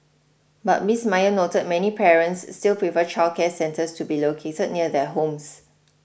but Miss Maya noted many parents still prefer childcare centres to be located near their homes